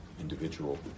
individual